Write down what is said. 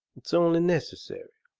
it's only necessary.